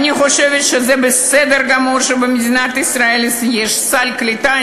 ואני חושבת שזה בסדר גמור שבמדינת ישראל יש סל קליטה.